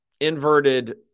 inverted